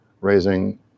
raising